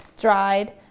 dried